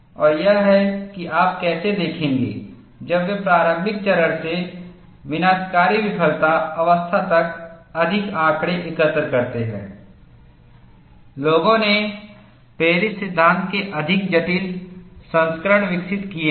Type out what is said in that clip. और यह है कि आप कैसे देखेंगे जब वे प्रारंभिक चरण से विनाशकारी विफलता अवस्था तक अधिक आंकड़े एकत्र करते हैं लोगों ने पेरिस सिद्धांत के अधिक जटिल संस्करण विकसित किए हैं